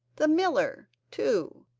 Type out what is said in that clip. the miller, too,